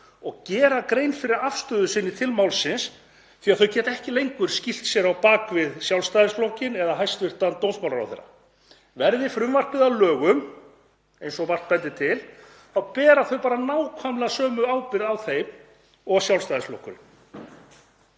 og gera grein fyrir afstöðu sinni til málsins því að þau geta ekki lengur skýlt sér á bak við Sjálfstæðisflokkinn eða hæstv. dómsmálaráðherra. Verði frumvarpið að lögum, eins og margt bendir til, þá bera þau bara nákvæmlega sömu ábyrgð á þeim og Sjálfstæðisflokkurinn.